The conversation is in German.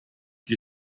die